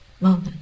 moment